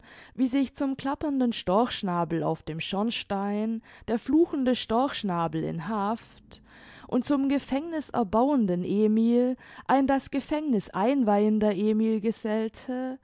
wie sich zum klappernden storchschnabel auf dem schornstein der fluchende storchschnabel in haft und zum gefängnißerbauenden emil ein das gefängniß einweihender emil gesellte